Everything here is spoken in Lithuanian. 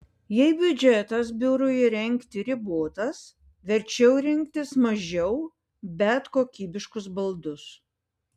jei biudžetas biurui įrengti ribotas verčiau rinktis mažiau bet kokybiškus baldus